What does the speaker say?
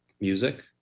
music